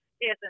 Yes